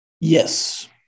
Yes